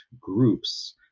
groups